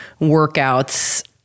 workouts